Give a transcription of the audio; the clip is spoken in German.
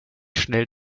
schnell